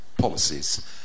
policies